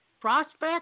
Prospect